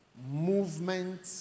Movement